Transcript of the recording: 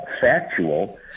factual